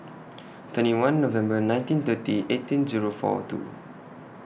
twenty one November nineteen thirty eighteen Zero four two